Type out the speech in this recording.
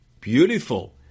Beautiful